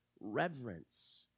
reverence